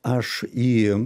aš į